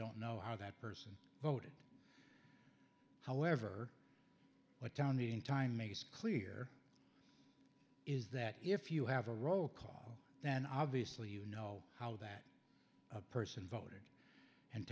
don't know how that person voted however what town meeting time makes clear is that if you have a roll call then obviously you know how that person voted and